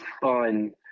fun